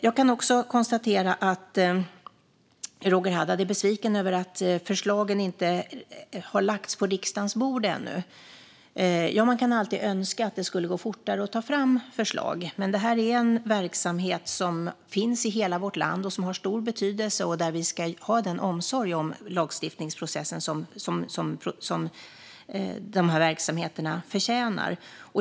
Jag kan också konstatera att Roger Haddad är besviken över att förslagen inte har lagts på riksdagens bord ännu. Ja, man kan alltid önska att det skulle gå fortare att ta fram förslag. Men detta är en verksamhet som finns i hela vårt land och som har stor betydelse, och vi ska ha den omsorg om lagstiftningsprocessen som verksamheten förtjänar.